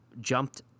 jumped